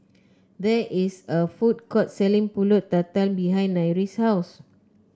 there is a food court selling pulut tatal behind Nyree's house